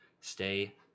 Stay